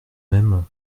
même